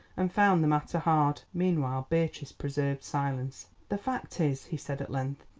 and found the matter hard. meanwhile beatrice preserved silence. the fact is, he said at length,